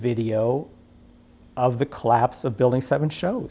video of the collapse of building seven show